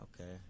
Okay